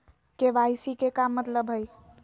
KYC के का मतलब हई?